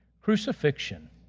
crucifixion